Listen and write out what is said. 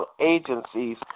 agencies